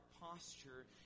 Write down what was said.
posture